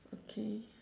okay